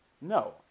No